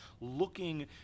looking